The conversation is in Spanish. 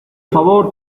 favor